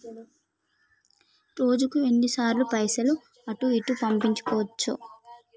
రోజుకు ఎన్ని సార్లు పైసలు అటూ ఇటూ పంపించుకోవచ్చు?